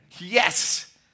Yes